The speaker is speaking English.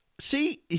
See